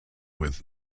with